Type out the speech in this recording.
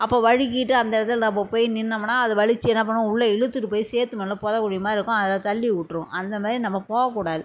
அப்போது வழுக்கிட்டு அந்த இடத்துல நம்ம போய் நின்றோமுன்னா அது வலிச்சு என்ன பண்ணும் உள்ளே இழுத்துட்டு போய் சேர்த்து மண்ணில் பொதைக்குழி மாதிரி இருக்கும் அதை தள்ளி விட்ரும் அந்தமாரி நம்ம போகக் கூடாது